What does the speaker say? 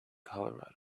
colorado